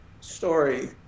story